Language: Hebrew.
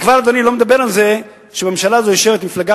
אני כבר לא מדבר על זה שבממשלה הזאת יושבת מפלגה